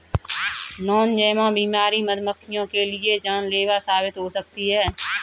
Nosema बीमारी मधुमक्खियों के लिए जानलेवा साबित हो सकती है